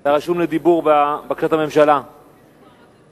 אתה רשום לדיבור בבקשת הממשלה להעביר